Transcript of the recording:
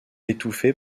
étouffé